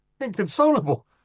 Inconsolable